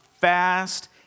fast